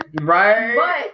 right